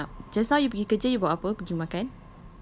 so we woke him up just now you pergi kerja you bawa apa pergi makan